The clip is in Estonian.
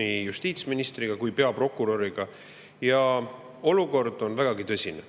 nii justiitsministriga kui ka peaprokuröriga. Olukord on vägagi tõsine.